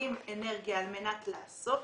משקיעים אנרגיה על מנת לעשות,